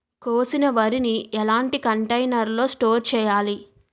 కోసిన వరిని ఎలాంటి కంటైనర్ లో స్టోర్ చెయ్యాలి?